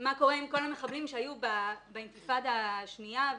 מה קורה עם כל המחבלים שהיו באינתיפאדה השנייה?